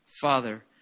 Father